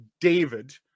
David